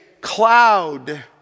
cloud